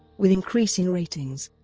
with increasing ratings,